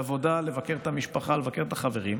לעבודה, לבקר את המשפחה, לבקר את החברים,